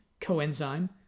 coenzyme